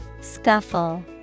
Scuffle